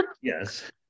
Yes